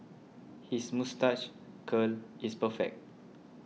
his moustache curl is perfect